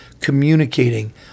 communicating